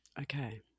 Okay